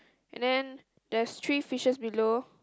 and then there's three fishes below